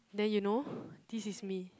then you know this is me